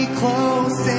close